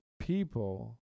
people